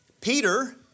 Peter